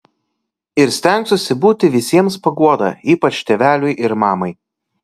ir stengsiuosi būti visiems paguoda ypač tėveliui ir mamai